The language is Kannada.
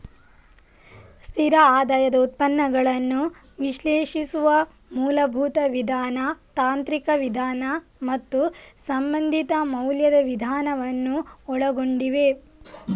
ಸ್ಥಿರ ಆದಾಯದ ಉತ್ಪನ್ನಗಳನ್ನು ವಿಶ್ಲೇಷಿಸುವ ಮೂಲಭೂತ ವಿಧಾನ, ತಾಂತ್ರಿಕ ವಿಧಾನ ಮತ್ತು ಸಂಬಂಧಿತ ಮೌಲ್ಯದ ವಿಧಾನವನ್ನು ಒಳಗೊಂಡಿವೆ